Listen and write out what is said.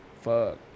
Fuck